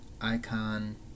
icon